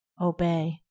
Obey